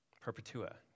Perpetua